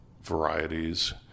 varieties